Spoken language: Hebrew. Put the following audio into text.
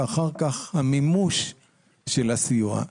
ואחר כך המימוש של הסיוע.